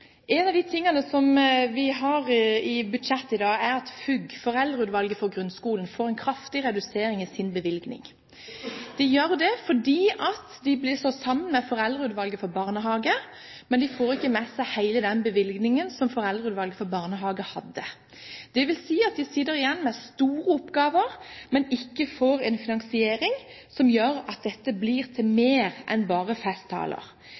skjer fordi de blir slått sammen med Foreldreutvalget for barnehager. Men de får ikke med seg hele den bevilgningen som Foreldreutvalget for barnehager hadde. Det vil si at de sitter igjen med store oppgaver, men ikke en finansiering som gjør at dette blir til mer enn bare festtaler.